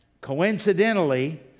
coincidentally